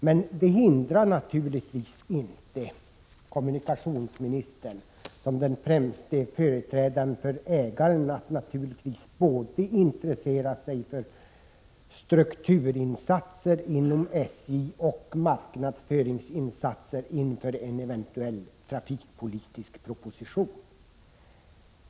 Men det hindrar naturligtvis inte kommunikationsministern, som den främste företrädaren för ägaren, att intressera sig för både strukturinsatser inom SJ och marknadsföringsinsatser inför en eventuell trafikpolitisk proposition.